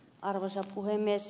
arvoisa puhemies